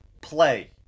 play